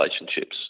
relationships